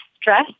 stress